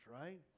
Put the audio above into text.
right